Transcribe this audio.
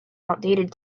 outdated